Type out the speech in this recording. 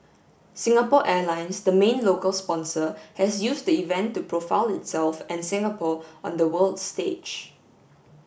Singapore Airlines the main local sponsor has used the event to profile itself and Singapore on the world stage